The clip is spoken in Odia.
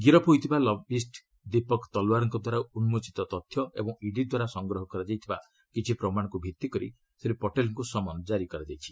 ଗିରଫ ହୋଇଥିବା ଲବିଷ୍ଟ ଦୀପକ୍ ତଲ୍ୱାର୍ଙ୍କଦ୍ୱାରା ଉନ୍କୋଚିତ ତଥ୍ୟ ଓ ଇଡିଦ୍ୱାରା ସଂଗ୍ରହ କରାଯାଇଥିବା କିଛି ପ୍ରମାଣକୁ ଭିଭିକରି ଶ୍ରୀ ପଟେଲ୍ଙ୍କୁ ସମନ କାରି କରାଯାଇଛି